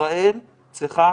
ישראל צריכה